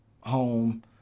home